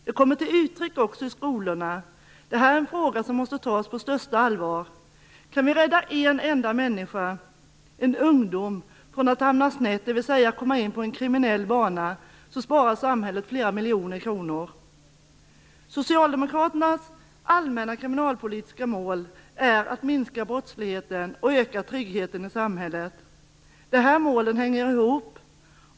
Det kommer till uttryck också i skolorna. Det här är en fråga som måste tas på största allvar. Om vi kan rädda en enda ungdom från att hamna snett, dvs. komma in på en kriminell bana, sparar samhället flera miljoner kronor. Socialdemokraternas allmänna kriminalpolitiska mål är att minska brottsligheten och öka tryggheten i samhället. De här målen hänger ihop.